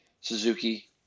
Suzuki